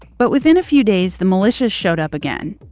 but within a few days, the militia's showed up. again,